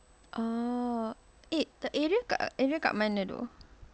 oh eh the area dekat dekat mana though